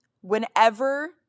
whenever